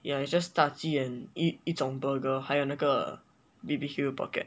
yeah it's just 炸鸡 and 一一种 burger 还有那个 B_B_Q pocket